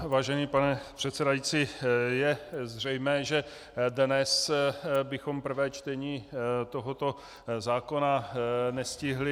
Vážený pane předsedající, je zřejmé, že dnes bychom prvé čtení tohoto zákona nestihli.